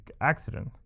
accident